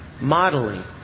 Modeling